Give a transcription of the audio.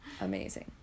Amazing